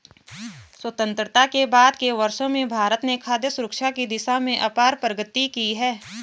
स्वतंत्रता के बाद के वर्षों में भारत ने खाद्य सुरक्षा की दिशा में अपार प्रगति की है